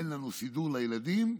אין לנו סידור לילדים,